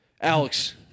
Alex